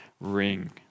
ring